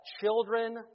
children